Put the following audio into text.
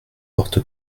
porte